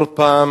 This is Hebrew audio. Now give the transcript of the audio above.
כל פעם